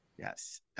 Yes